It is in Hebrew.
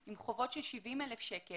עם חובות של 70,000 שקלים